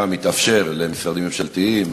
מתאפשר למשרדים ממשלתיים,